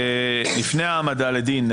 לפני העמדה לדין,